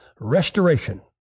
restoration